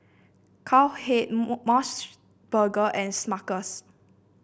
Cowhead MOS burger and Smuckers